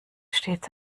stets